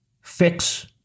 fix